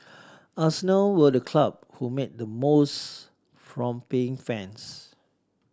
arsenal were the club who made the most from paying fans